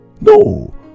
no